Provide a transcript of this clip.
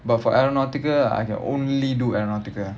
but for aeronautical I can only do aeronautical